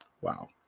Wow